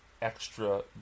extra